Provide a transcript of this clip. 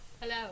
hello